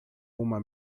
uma